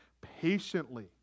patiently